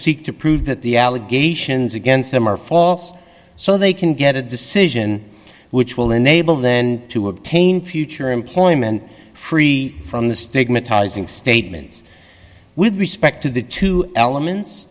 seek to prove that the allegations against them are false so they can get a decision which will enable then to obtain future employment free from the stigmatizing statements with respect to the two elements